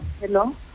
Hello